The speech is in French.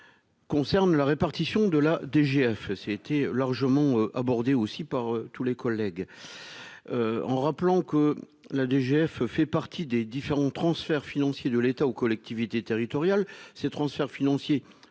concerne la répartition de la DGF s'était largement abordé aussi par tous les collègues en rappelant que la DGF fait partie des différents transferts financiers de l'État aux collectivités territoriales, ces transferts financiers